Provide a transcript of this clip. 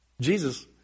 Jesus